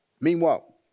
Meanwhile